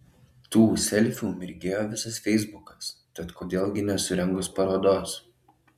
tų selfių mirgėjo visas feisbukas tad kodėl gi nesurengus parodos